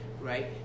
right